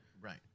right